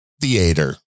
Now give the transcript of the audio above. theater